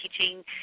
teaching